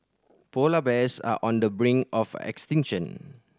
polar bears are on the brink of extinction